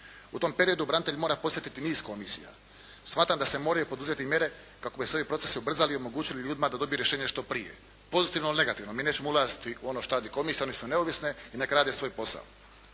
U tom periodu branitelj mora posjetiti niz komisija. Smatram da se moraju poduzeti mjere kako bi se ovi procesi ubrzali i omogućili ljudima da dobije rješenje što prije, pozitivno ili negativno. Mi nećemo ulaziti u ono što radi komisija. One su neovisne i nek' rade svoj posao.